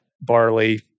Barley